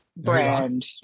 brand